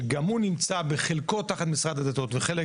שגם הוא נמצא בחלקו תחת משרד הדתות וחלק